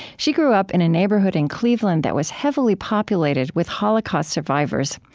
she grew up in a neighborhood in cleveland that was heavily populated with holocaust survivors,